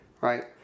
Right